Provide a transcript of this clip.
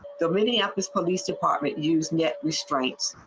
the minneapolis police department usenet restraint.